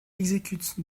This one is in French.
exécute